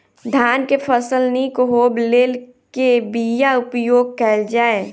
धान केँ फसल निक होब लेल केँ बीया उपयोग कैल जाय?